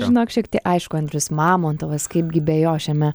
žinok šiek ti aišku andrius mamontovas kaipgi be jo šiame